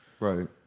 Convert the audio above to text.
right